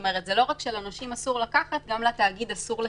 כלומר לא רק שלנושים אסור לקחת אלא גם לתאגיד אסור לחלק.